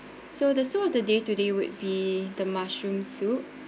so the sou~ of the day today would be the mushroom soup